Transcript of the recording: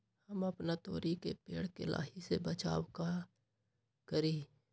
हम अपना तोरी के पेड़ के लाही से बचाव ला का करी?